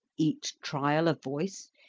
each trial of voice,